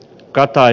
qatar